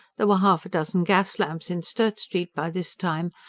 there were half a dozen gas-lamps in sturt street by this time,